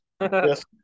Yes